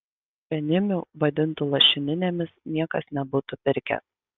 penimių vadintų lašininėmis niekas nebūtų pirkęs